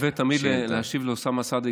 שווה תמיד להשיב לאוסאמה סעדי,